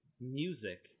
music